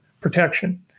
protection